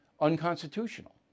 unconstitutional